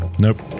Nope